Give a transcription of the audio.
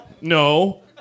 No